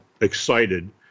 excited